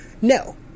No